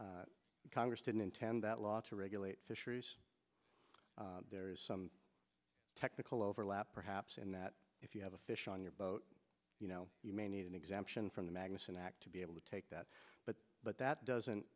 council congress didn't intend that law to regulate fisheries there is some technical overlap perhaps in that if you have a fish on your boat you know you may need an exemption from the magnuson act to be able to take that but but that doesn't